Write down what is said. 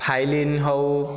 Phailin ହେଉ